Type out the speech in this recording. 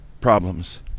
problems